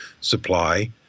supply